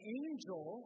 angel